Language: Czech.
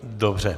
Dobře.